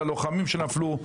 ללוחמים שנפלו.